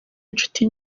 inshuti